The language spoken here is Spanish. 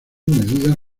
medidas